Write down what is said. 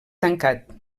tancat